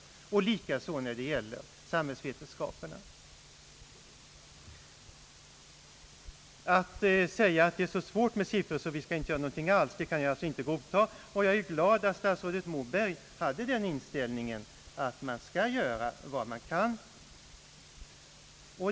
Likadant är fallet med dem som studerar samhällsvetenskapliga ämnen. Ati säga att vi inte skall göra någonting alls eftersom det är så svårt med siffror, kan jag inte godta. Jag är glad över att statsrådet Moberg hade den inställningen att man bör göra vad man kan.